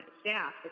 staff